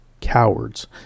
cowards